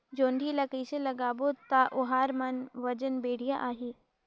जोणी ला कइसे लगाबो ता ओहार मान वजन बेडिया आही?